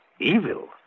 Evil